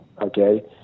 Okay